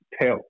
tell